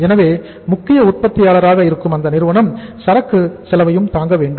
எனவே முக்கிய உற்பத்தியாளராக இருக்கும் அந்த நிறுவனம் சரக்கு செலவையும் தாங்க வேண்டும்